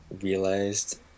Realized